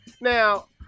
Now